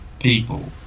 people